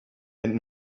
and